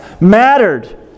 mattered